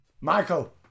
michael